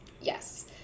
Yes